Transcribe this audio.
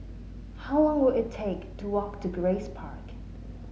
how long will it take to walk to Grace Park